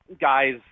guys